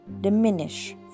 diminish